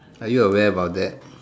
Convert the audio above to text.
are you aware about that